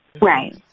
Right